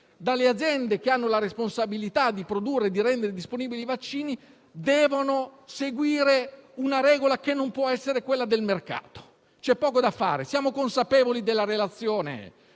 dalle aziende che hanno la responsabilità di produrre e rendere disponibili i vaccini, devono seguire una regola che non può essere quella del mercato. C'è poco da fare, siamo consapevoli della relazione